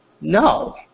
no